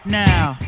now